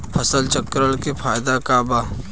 फसल चक्रण के फायदा का बा?